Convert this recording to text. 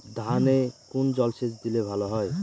ধানে কোন জলসেচ দিলে ভাল হয়?